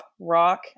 rock